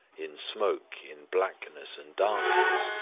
in smoke, in blackness, and darkness,